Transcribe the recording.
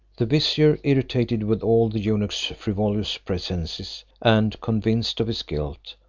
the vizier irritated with all the eunuch's frivolous presences, and convinced of his guilt,